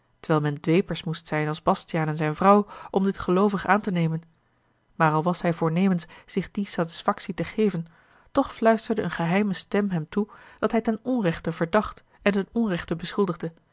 terwijl men dwepers moest zijn als bastiaan en zijne vrouw om dit geloovig aan te nemen maar al was hij voornemens zich die satisfactie te geven toch fluisterde eene geheime stem hem toe dat hij ten onrechte verdacht en ten onrechte beschuldigde